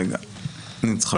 רגע, אני צריך לחפש.